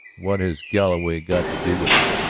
what has galloway got to do with it?